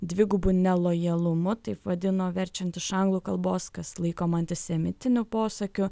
dvigubu nelojalumu taip vadino verčiant iš anglų kalbos kas laikoma antisemitiniu posakiu